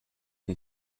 and